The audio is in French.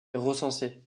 recensés